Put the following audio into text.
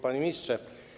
Panie Ministrze!